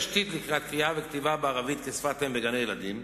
תשתית לקראת קריאה וכתיבה בערבית כשפת אם בגני-ילדים,